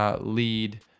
lead